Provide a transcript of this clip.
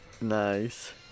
Nice